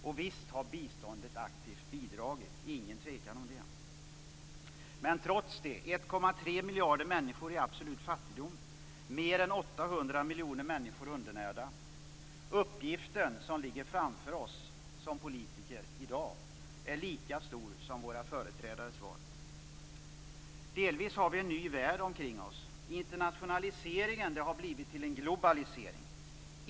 Och visst har biståndet aktivt bidragit, ingen tvekan om det. Men trots det lever 1,3 miljarder människor i absolut fattigdom. Mer än 800 miljoner människor är undernärda. Uppgiften som ligger framför oss som politiker i dag är lika stor som våra företrädares uppgift var. Delvis har vi en ny värld omkring oss. Internationaliseringen har blivit till en globalisering.